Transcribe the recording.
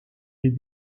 des